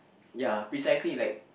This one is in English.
ya precisely like